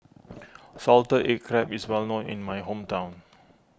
Salted Egg Crab is well known in my hometown